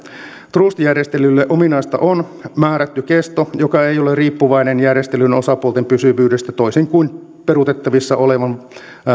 trust järjestelylle ominaista on määrätty kesto joka ei ole riippuvainen järjestelyn osapuolten pysyvyydestä toisin kuin on peruutettavissa olevan